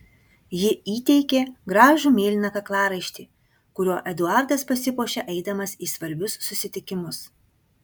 ji įteikė gražų mėlyną kaklaraištį kuriuo eduardas pasipuošia eidamas į svarbius susitikimus